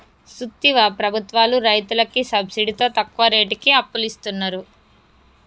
సూత్తివా ప్రభుత్వాలు రైతులకి సబ్సిడితో తక్కువ రేటుకి అప్పులిస్తున్నరు